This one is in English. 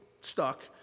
stuck